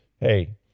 hey